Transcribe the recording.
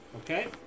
okay